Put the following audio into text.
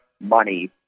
money